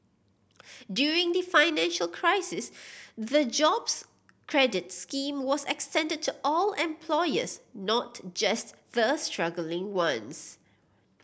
during the financial crisis the Jobs Credit scheme was extended to all employers not just the struggling ones